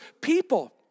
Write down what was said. people